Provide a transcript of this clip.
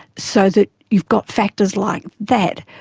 so that you've got factors like that,